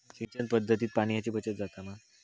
सिंचन पध्दतीत पाणयाची बचत जाता मा?